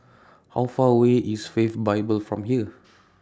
How Far away IS Faith Bible from here